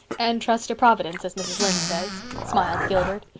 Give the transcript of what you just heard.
and trust to providence, as mrs. lynde says, smiled gilbert.